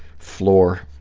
floor